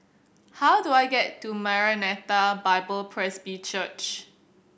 how do I get to Maranatha Bible Presby Church